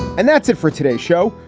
and that's it for today show,